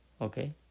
Okay